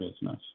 business